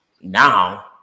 Now